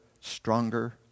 stronger